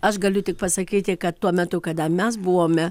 aš galiu tik pasakyti kad tuo metu kada mes buvome